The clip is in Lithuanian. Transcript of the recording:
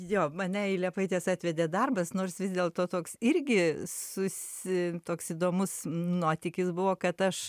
jo mane į liepaites atvedė darbas nors vis dėlto toks irgi susi toks įdomus nuotykis buvo kad aš